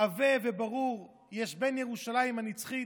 עבה וברור יש בין ירושלים הנצחית,